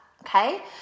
okay